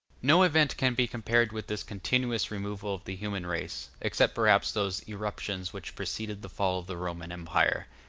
no event can be compared with this continuous removal of the human race, except perhaps those irruptions which preceded the fall of the roman empire.